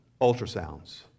ultrasounds